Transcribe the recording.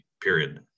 period